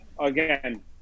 again